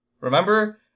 Remember